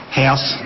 house